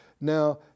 Now